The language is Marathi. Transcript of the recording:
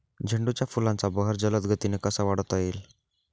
झेंडू फुलांचा बहर जलद गतीने कसा वाढवता येईल?